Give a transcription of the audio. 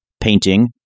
painting